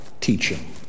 teaching